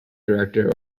director